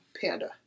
panda